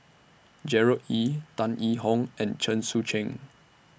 Gerard Ee Tan Yee Hong and Chen Sucheng